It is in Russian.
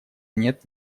нет